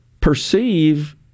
perceive